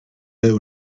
der